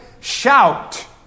shout